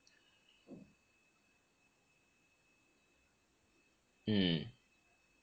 mm